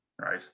right